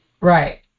right